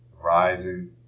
Rising